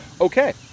Okay